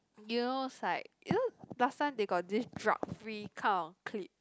you know it's like you know last time they got this drug free kind of clip